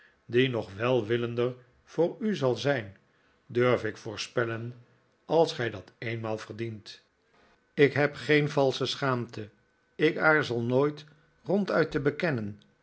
die nog welwillender voor u zal zijn durf ik voorspellen als gij dat eenmaal verdient ik heb geen valsche schaamte ik aarzel nooit ronduit te bekennen